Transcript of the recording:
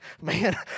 man